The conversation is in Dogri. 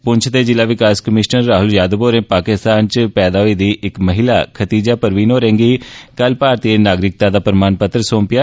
पुंछ दे जिला विकास कमीशनर राहुल यादव होरे पाकिस्तान च पैदा होई दी इक महिला खतीजा परवीन गी कल भारतीय नागरिकाता दा प्रमाण पत्र सोंपेआ